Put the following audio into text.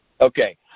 Okay